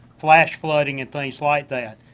flash flooding and things like that.